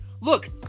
Look